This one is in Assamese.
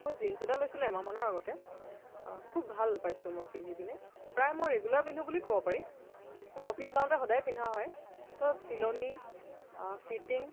মই জিন্স এটা লৈছিলোঁ এমাহমানৰ আগতে খুব ভাল পাইছোঁ মই পিন্ধি পেনি প্ৰায় মই ৰেগুলাৰ পিন্ধো বুলি ক'ব পাৰি মই অফিচ যাওঁতে সদায় পিন্ধা হয় তো চিলনি ফিটিং